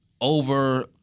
over